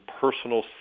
personal